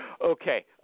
Okay